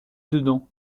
dedans